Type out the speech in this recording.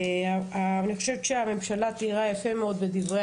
אני חושבת שהממשלה תיארה יפה מאוד בדברי